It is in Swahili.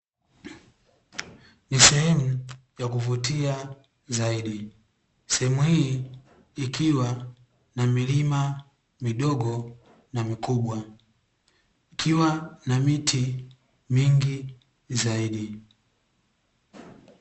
Ni sehemu ya kuvutia zaidi, sehemu hii ikiwa na milima midogo na mikubwa, ikiwa na miti mingi zaidi.